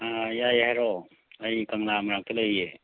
ꯑꯥ ꯌꯥꯏ ꯍꯥꯏꯔꯛꯑꯣ ꯑꯩ ꯀꯪꯂꯥ ꯃꯅꯥꯛꯇ ꯂꯩꯌꯦ